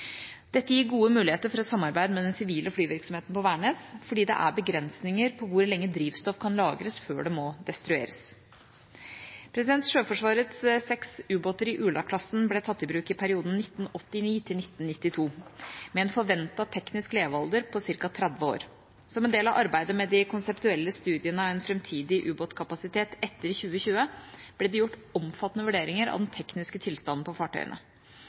Dette gir gode muligheter for et samarbeid med den sivile flyvirksomheten på Værnes, fordi det er begrensninger på hvor lenge drivstoff kan lagres før det må destrueres. Sjøforsvarets seks ubåter i Ula-klassen ble tatt i bruk i perioden 1989–1992 og har en forventet teknisk levealder på ca. 30 år. Som en del av arbeidet med de konseptuelle studiene av en framtidig ubåtkapasitet etter 2020, ble det gjort omfattende vurderinger av den tekniske tilstanden på fartøyene.